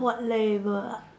what label ah